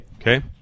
Okay